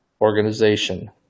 Organization